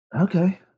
Okay